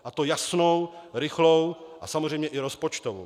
A to jasnou, rychlou a samozřejmě i rozpočtovou.